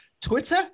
twitter